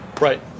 Right